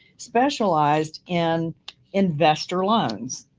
specialized in investor loans.